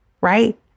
right